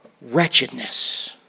wretchedness